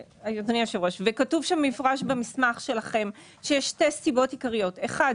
וכתוב במפורש במסמך שלכם שיש שתי סיבות עיקריות: האחת,